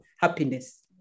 happiness